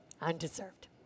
undeserved